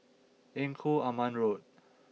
Engku Aman Road